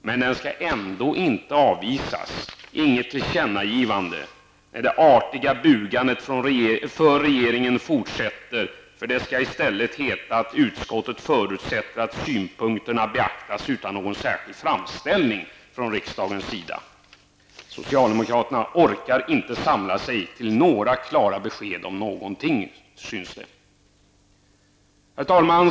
Men den skall ändå inte avvisas, och inget tillkännagivande ges. Det artiga bugandet för regeringen fortsätter, och det skall i stället heta att utskottet förutsätter att synpunkterna beaktas utan någon särskild framställning från riksdagen. Socialdemokraterna orkar inte samla sig till några klara besked om någonting, synes det. Herr talman!